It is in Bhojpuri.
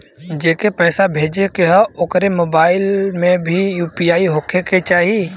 जेके पैसा भेजे के ह ओकरे मोबाइल मे भी यू.पी.आई होखे के चाही?